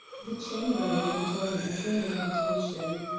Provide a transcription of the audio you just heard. the chamberlain went on as in a meditation.